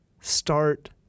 start